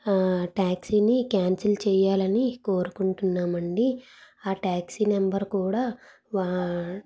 ట్యాక్సీనీ cancel చేయాలని కోరుకుంటున్నాం అండి ఆ ట్యాక్సీ నెంబర్ కూడా వన్